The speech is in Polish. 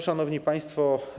Szanowni Państwo!